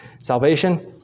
salvation